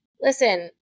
Listen